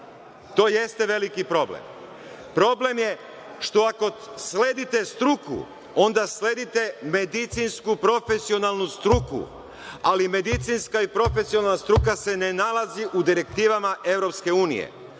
To jeste veliki problem. Problem je što ako sledite struku, onda sledite medicinsku profesionalnu struku, ali medicinska profesionalna struka se ne nalazi u direktivama EU.